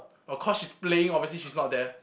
of course she's playing obviously she's not there